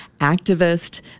activist